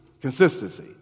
consistency